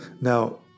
Now